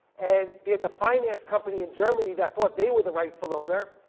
and there's a finance company in germany that thought they were the rightful owner.